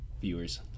viewers